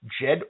Jed